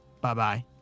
bye-bye